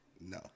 No